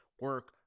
Work